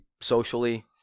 socially